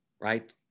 right